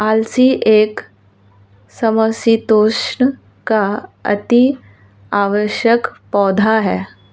अलसी एक समशीतोष्ण का अति आवश्यक पौधा है